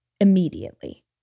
immediately